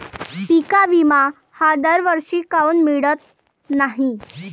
पिका विमा हा दरवर्षी काऊन मिळत न्हाई?